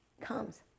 comes